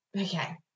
Okay